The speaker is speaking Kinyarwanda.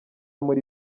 muri